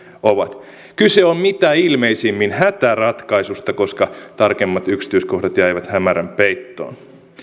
ovat kyse on mitä ilmeisimmin hätäratkaisusta koska tarkemmat yksityiskohdat jäivät hämärän peittoon